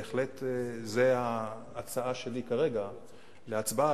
זו בהחלט ההצעה שלי כרגע להצבעה,